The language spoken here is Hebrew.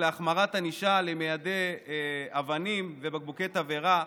להחמרת הענישה למיידי אבנים ובקבוקי תבערה,